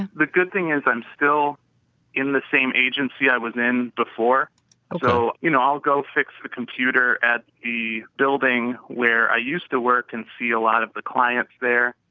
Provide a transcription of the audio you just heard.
the good thing is i'm still in the same agency i was in before ok so you know, i'll go fix the computer at the building where i used to work and see a lot of the clients there.